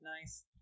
Nice